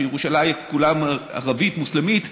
שירושלים כולה ערבית מוסלמית,